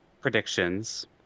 predictions